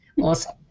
Awesome